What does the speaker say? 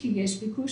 כי יש ביקוש,